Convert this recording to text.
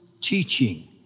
teaching